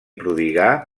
prodigà